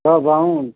कब आऊँ